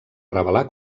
rebel·lar